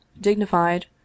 dignified